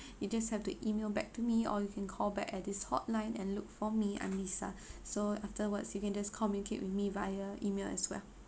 you just have to email back to me or you can call back at this hotline and look for me I'm lisa so afterwards you can just communicate with me via email as well